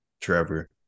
Trevor